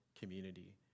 community